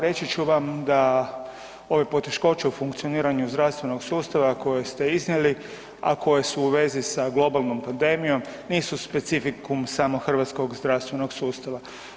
Reći ću vam da ove poteškoće u funkcioniranju zdravstvenog sustava koje ste iznijeli, a koje su u vezi sa globalnom pandemijom nisu specifikum samo hrvatskog zdravstvenog sustava.